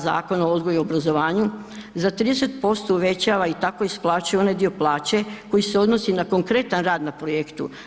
Zakona o odgoju i obrazovanju za 30% uvećava i tako isplaćuje onaj dio plaće koji se odnosi na konkretan rad na projektu.